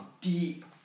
deep